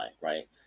right